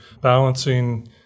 balancing